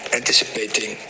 anticipating